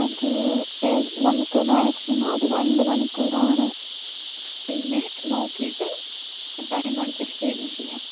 അത് നമുക്ക് മാക്സിമം ഒരു രണ്ട് മണിക്കൂറാണ് പിന്നെ നോക്കിയിട്ട് ടൈം അഡ്ജസ്റ്റെയ്ത് ചെയ്യാം